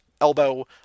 elbow